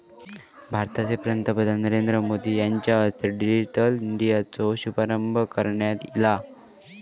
भारताचे पंतप्रधान नरेंद्र मोदी यांच्या हस्ते डिजिटल इंडियाचो शुभारंभ करण्यात ईला